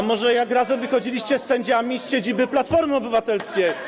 A może jak razem wychodziliście z sędziami z siedziby Platformy Obywatelskiej?